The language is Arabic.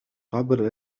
تعبر